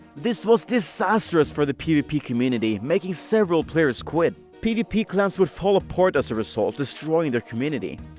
this was disastrous for the pvp community, making several players quit. pvp clans would fall apart as a result, destroying their community.